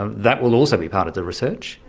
and that will also be part of the research?